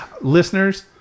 listeners